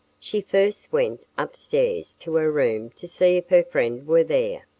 she first went upstairs to her room to see if her friend were there.